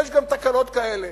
יש גם תקלות כאלה.